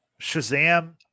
shazam